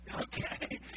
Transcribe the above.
Okay